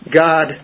God